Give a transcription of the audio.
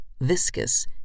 viscous